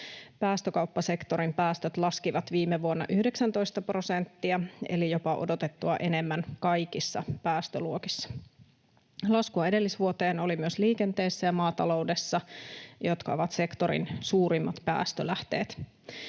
Päästökauppasektorin päästöt laskivat viime vuonna 19 prosenttia eli jopa odotettua enemmän kaikissa päästöluokissa. Laskua edellisvuoteen oli myös liikenteessä ja maataloudessa, jotka ovat sektorin suurimmat päästölähteet.